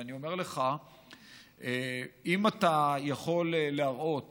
ואני אומר לך שאם אתה יכול להראות